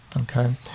okay